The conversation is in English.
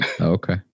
Okay